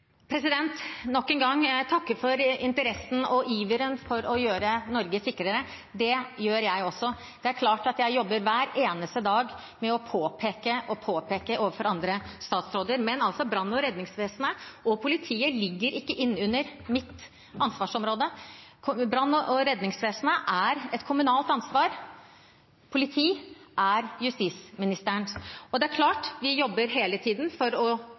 Nok en gang: Jeg takker for interessen og iveren for å gjøre Norge sikrere. Det gjør jeg også. Det er klart, jeg jobber hver eneste dag med å påpeke og påpeke overfor andre statsråder, men brann- og redningsvesenet og politiet ligger altså ikke under mitt ansvarsområde. Brann- og redningsvesenet er et kommunalt ansvar. Politiet er justisministerens ansvar. Det er klart, vi jobber hele tiden for å